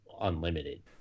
unlimited